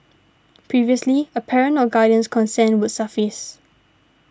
previously a parent or guardian's consent would suffice